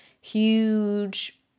huge